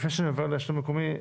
לפני שאני עובר למרכז השלטון המקומי,